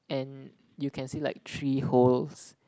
and you can see like three holes